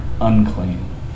unclean